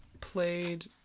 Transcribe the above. played